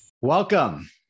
Welcome